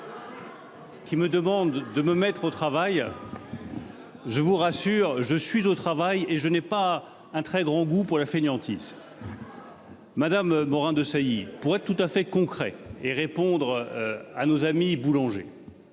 Qui me demande de me mettre au travail. Je vous rassure, je suis au travail et je n'ai pas un très grand goût pour la fainéantise. Madame Morin-Desailly pour être tout à fait concret et répondre à nos amis boulanger.--